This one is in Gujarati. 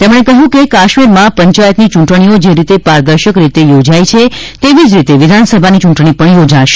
તેમણે કહ્યું કે કાશ્મીરમાં પંચાયતની ચૂંટણીઓ જે રીતે પારદર્શક રીતે યોજાઈ છે તેવી જ રીતે વિધાનસભાની ચૂંટણી પણ યોજાશે